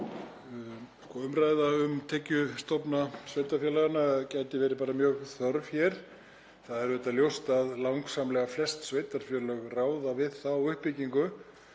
Umræða um tekjustofna sveitarfélaganna gæti verið mjög þörf hér. Það er auðvitað ljóst að langsamlega flest sveitarfélög ráða við þá uppbyggingu.